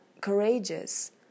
courageous